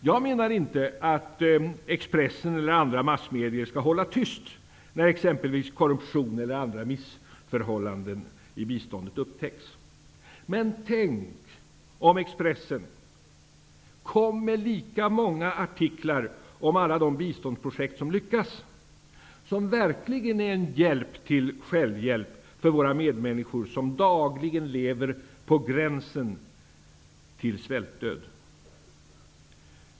Jag menar inte att Expressen eller andra massmedier skall hålla tyst när t.ex. korruption eller andra missförhållanden i biståndet upptäcks. Men tänk om Expressen kom med lika många artiklar om alla de biståndsprojekt som lyckas och som verkligen är en hjälp till självhjälp för våra medmänniskor som dagligen lever på gränsen till svältdöd.